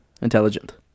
intelligent